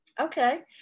Okay